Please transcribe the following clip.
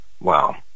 Wow